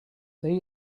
they